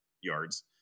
yards